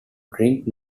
drink